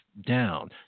down